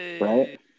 Right